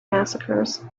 massacres